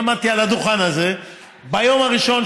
אני עמדתי על הדוכן הזה ביום הראשון